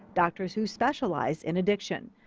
doctors who specialize in addiction.